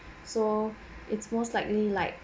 so it's most likely like